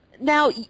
Now